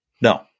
no